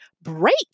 break